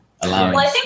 allowing